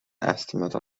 estimate